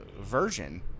version